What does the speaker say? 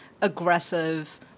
aggressive